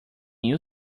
you